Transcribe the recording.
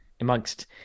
amongst